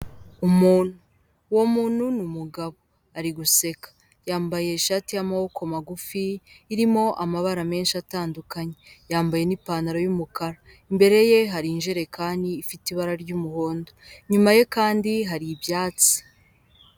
Umuntu, uwo muntu ni umugabo ari guseka yambaye ishati y'amaboko magufi irimo amabara menshi atandukanye, yambaye n'ipantaro y'umukara, imbere ye hari injerekani ifite ibara ry'umuhondo inyuma ye kandi hari ibyatsi.